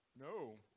No